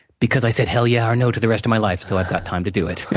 because i said hell yeah or no to the rest of my life, so i've got time to do it.